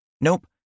Nope